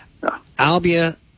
Albia